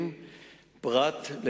1